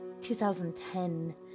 2010